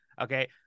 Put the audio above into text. okay